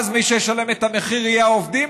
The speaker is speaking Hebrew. אז מי שישלמו את המחיר יהיו העובדים?